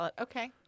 Okay